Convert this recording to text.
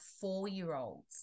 four-year-olds